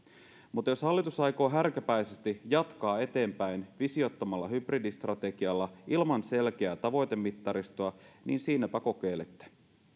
mutta jos hallitus aikoo härkäpäisesti jatkaa eteenpäin visiottomalla hybridistrategialla ilman selkeää tavoitemittaristoa niin siinäpä kokeilette